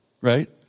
Right